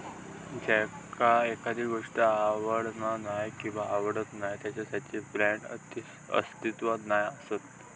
ज्यांका एखादी गोष्ट आवडना नाय किंवा आवडत नाय त्यांच्यासाठी बाँड्स अस्तित्वात नाय असत